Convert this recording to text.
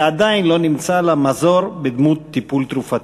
ועדיין לא נמצא לה מזור בדמות טיפול תרופתי.